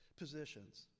positions